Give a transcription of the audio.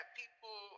people